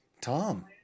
Tom